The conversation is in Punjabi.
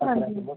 ਹਾਂਜੀ